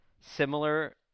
similar